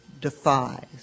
defies